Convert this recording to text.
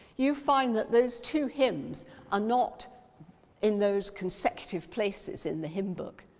you find that those two hymns are not in those consecutive places in the hymnbook.